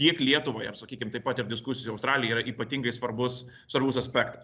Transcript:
tiek lietuvai ar sakykim taip pat ir diskusijoj su australija yra ypatingai svarbus svarbus aspektas